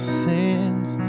sins